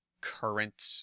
current